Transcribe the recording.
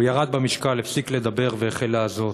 הוא ירד במשקל, הפסיק לדבר והחל להזות.